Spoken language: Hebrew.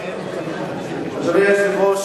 אדוני היושב-ראש,